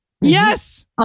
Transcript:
Yes